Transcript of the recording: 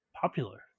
popular